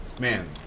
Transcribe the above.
man